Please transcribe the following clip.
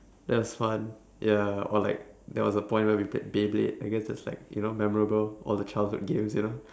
that's fun ya or like that was a point where we played beyblade I guess it's like you know memorable all the childhood games you know